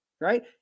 right